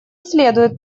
следует